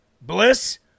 Bliss